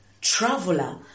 traveler